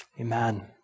Amen